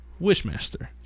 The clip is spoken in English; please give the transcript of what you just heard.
Wishmaster